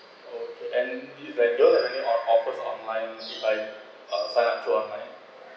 okay and this like do you have any off~ offer online if I uh sign up through online